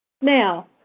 Now